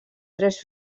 tres